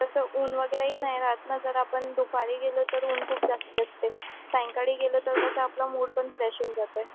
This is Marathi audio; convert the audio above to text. तसं ऊन वगैरेही नाही रहात ना जर आपण दुपारी गेलो तर ऊन खूप जास्ती असते सायंकाळी गेलो तर कसं आपला मूड पण फ्रेश होऊन जात आहे